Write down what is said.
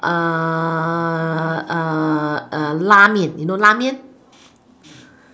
uh uh uh la-mian